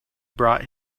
brought